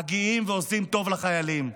מגיעים ועושים טוב לחיילים.